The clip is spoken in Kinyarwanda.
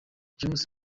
james